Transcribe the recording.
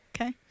Okay